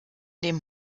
dem